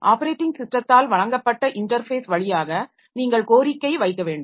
operating ஸிஸ்டத்தால் வழங்கப்பட்ட interface வழியாக நீங்கள் கோரிக்கை வைக்க வேண்டும்